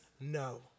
no